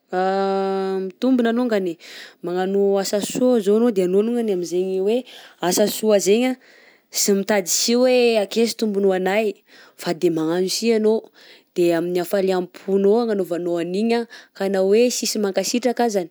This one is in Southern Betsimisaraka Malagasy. Mitombona longany, magnano asa soa zao anao de anao nognany amzay hoe asa soa zegny sy mitady sy hoe akeza tombony ho anahy fa de magnano sy anao de amin'ny hafaliam-ponao no anaovanao agn'iny ka na oe sisy mankasitraka azany,